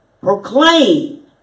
proclaim